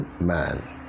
man